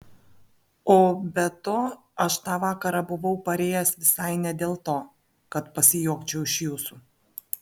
o be to aš tą vakarą buvau parėjęs visai ne dėl to kad pasijuokčiau iš jūsų